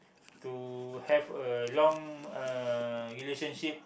to have a long uh relationship